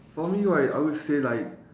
for me right I would say like